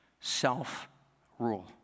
self-rule